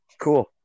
Cool